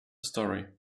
story